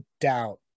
doubt